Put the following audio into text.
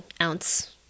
ounce